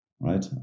right